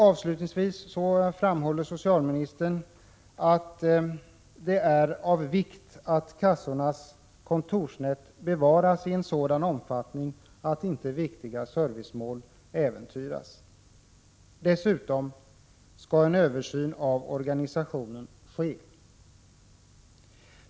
Avslutningsvis framhåller socialministern att det ”är av vikt att kassornas kontorsnät bevaras i en sådan omfattning att inte viktiga servicemål äventyras”. Dessutom skall ju en översyn av organisationen ske.